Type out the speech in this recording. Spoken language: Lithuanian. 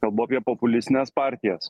kalbu apie populistines partijas